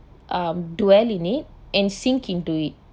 um dwell in it and sink into it